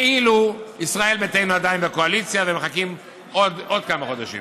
כאילו ישראל ביתנו עדיין בקואליציה ומחכים עוד כמה חודשים.